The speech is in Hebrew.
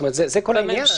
זה כל העניין.